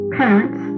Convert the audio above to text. parents